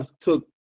took